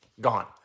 Gone